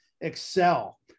excel